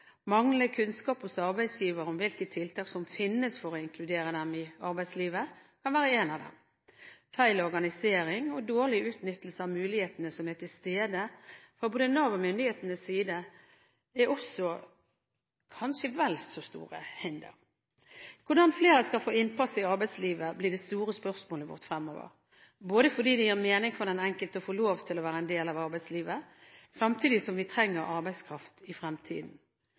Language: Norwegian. Manglende kunnskap hos arbeidsgiver om hvilke tiltak som finnes for å inkludere dem i arbeidslivet, kan være en av dem. Feil organisering og dårlig utnyttelse av mulighetene som er til stede fra både Nav og myndighetenes side, er også kanskje vel så store hinder. Hvordan flere skal få innpass i arbeidslivet, blir det store spørsmålet vårt fremover, både fordi det gir mening for den enkelte å få lov til å være en del av arbeidslivet, og fordi vi trenger arbeidskraft i fremtiden.